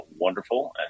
wonderful